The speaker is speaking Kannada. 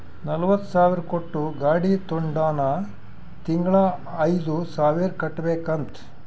ನಲ್ವತ ಸಾವಿರ್ ಕೊಟ್ಟು ಗಾಡಿ ತೊಂಡಾನ ತಿಂಗಳಾ ಐಯ್ದು ಸಾವಿರ್ ಕಟ್ಬೇಕ್ ಅಂತ್